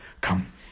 come